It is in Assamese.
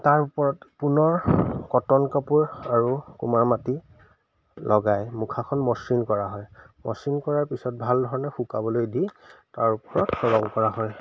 তাৰ ওপৰত পুনৰ কটন কাপোৰ আৰু কুমাৰ মাটি লগাই মুখাখন মসৃন কৰা হয় মসৃন কৰাৰ পিছত ভাল ধৰণে শুকাবলৈ দি তাৰ ওপৰত ৰং কৰা হয়